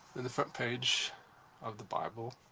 then the front page of the bible.